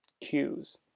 cues